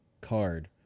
card